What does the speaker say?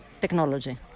technology